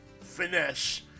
finesse